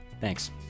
Thanks